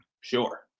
sure